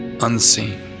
unseen